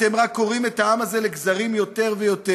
אתם רק קורעים את העם הזה לגזרים יותר ויותר.